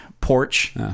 porch